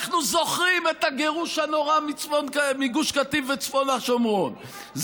אנחנו זוכרים את הגירוש הנורא מגוש קטיף וצפון השומרון.